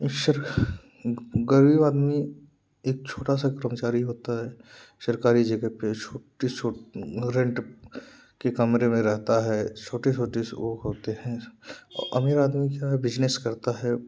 सिर्फ गरीब आदमी एक छोटा सा कर्मचारी होता है सरकारी जगह पर छोटे से रेंट के कमरे में रहता है छोटे छोटे वो होते हैं अमीर आदमी क्या बिजनस करता है